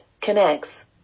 connects